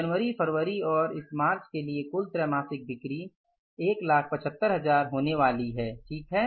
जनवरी फरवरी और इस मार्च के लिए कुल त्रैमासिक बिक्री 17५०00 होने वाली है ठीक है